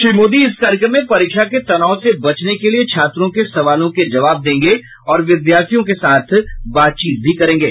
श्री मोदी इस कार्यक्रम में परीक्षा के तनाव से बचने के लिए छात्रों के सवालों के जवाब देगें और विद्याथियों के साथ बातचीत भी करेंगे